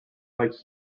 like